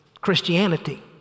Christianity